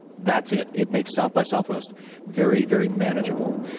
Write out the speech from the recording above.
that's it. it makes south by southwest very, very manageable.